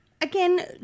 Again